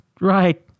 right